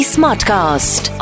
Smartcast